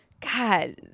God